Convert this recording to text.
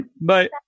Bye